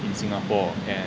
in singapore